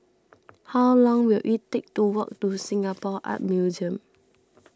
how long will it take to walk to Singapore Art Museum